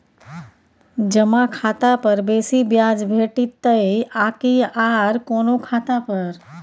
जमा खाता पर बेसी ब्याज भेटितै आकि आर कोनो खाता पर?